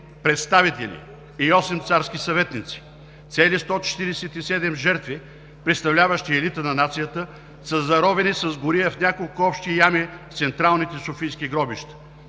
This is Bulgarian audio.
представители и 8 царски съветници. Цели 147 жертви, представляващи елита на нацията, са заровени със сгурия в няколко общи ями в Централните софийски гробища.